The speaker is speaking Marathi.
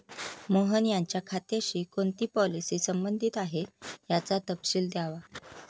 मोहन यांच्या खात्याशी कोणती पॉलिसी संबंधित आहे, याचा तपशील द्यावा